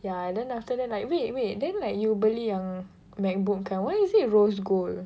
ya and then after that like wait wait then like you beli yang MacBook kau why is it rose gold